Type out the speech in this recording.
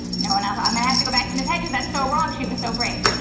no one else? i'm gonna have to go back to ms. hedges. that's so wrong. she was so brave.